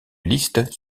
liste